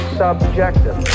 subjective